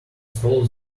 stole